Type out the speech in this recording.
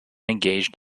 engaged